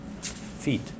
feet